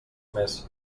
més